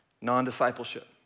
Non-discipleship